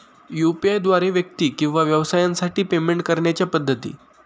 UPI द्वारे व्यक्ती किंवा व्यवसायांसाठी पेमेंट करण्याच्या पद्धती